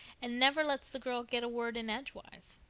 and never lets the girl get a word in edgewise.